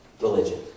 religion